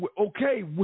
okay